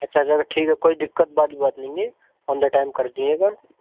اچھا اچھا تو ٹھیک ہے کوئی دقت والی بات نہیں ہے آن دا ٹائم کر دیے گا